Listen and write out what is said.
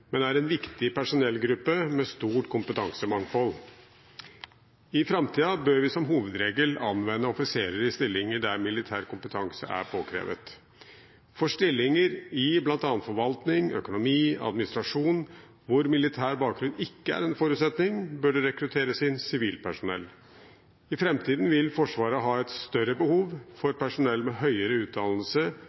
men det er en viktig personellgruppe, med stort kompetansemangfold. I framtiden bør vi som hovedregel anvende offiserer i stillinger der militær kompetanse er påkrevd. For stillinger i bl.a. forvaltning, økonomi og administrasjon, hvor militær bakgrunn ikke er en forutsetning, bør det rekrutteres inn sivilt personell. I framtiden vil Forsvaret ha et større behov for personell med høyere utdannelse